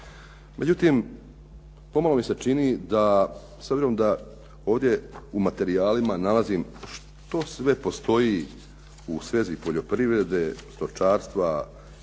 Međutim, pomalo mi se čini s obzirom da ovdje u materijalima nalazim što sve postoji u svezi poljoprivrede, stočarstva,